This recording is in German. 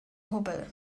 hubbel